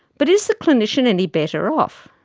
but is the clinician any better off?